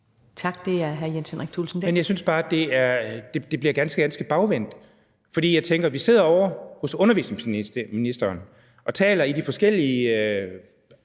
Tak. Det er hr. Jens Henrik Thulesen Dahl.